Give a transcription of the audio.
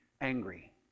angry